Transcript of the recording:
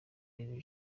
iri